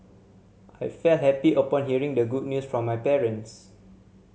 I felt happy upon hearing the good news from my parents